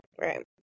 right